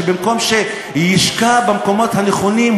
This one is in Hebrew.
שבמקום שישקע במקומות הנכונים,